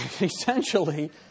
Essentially